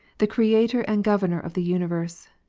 the creator and governor of the universe,